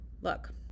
look